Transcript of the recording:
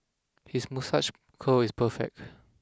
his moustache curl is perfect